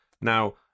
now